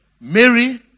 Mary